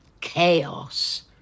chaos